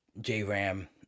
J-Ram